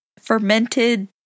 Fermented